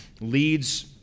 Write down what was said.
leads